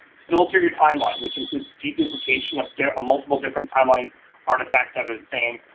filter your timeline, which includes d duplication of multiple different timeline artifacts that are the same,